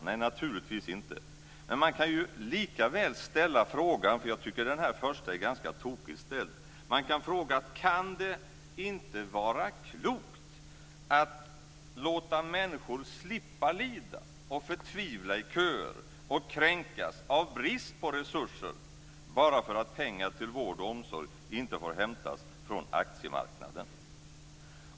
Nej, naturligtvis inte, men man kan lika väl ställa frågan så här, eftersom jag tycker att den första är ganska tokigt ställd: Kan det inte vara klokt att låta människor slippa lida, förtvivla i köer och kränkas av brist på resurser bara därför att pengar till vård och omsorg inte har hämtats från aktiemarknaden?